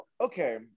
Okay